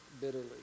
bitterly